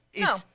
No